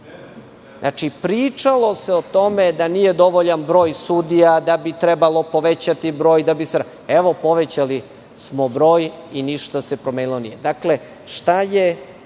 Znači, pričalo se o tome da nije dovoljan broj sudija, da bi trebalo povećati broj. Evo, povećali smo broj i ništa se promenilo nije. Dakle, šta ti